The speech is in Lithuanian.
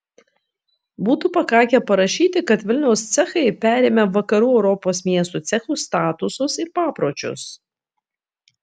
būtų pakakę parašyti kad vilniaus cechai perėmė vakarų europos miestų cechų statusus ir papročius